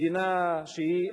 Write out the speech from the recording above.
מדינה שהיא,